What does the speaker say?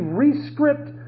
re-script